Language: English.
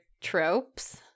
tropes